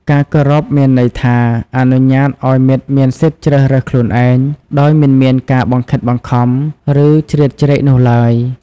ការគោរពមានន័យថា អនុញ្ញាតិឱ្យមិត្តមានសិទ្ធជ្រើសរើសខ្លួនឯង ដោយមិនមានការបង្ខិតបង្ខំ ឬ ជ្រៀតជ្រែកនោះឡើយ។។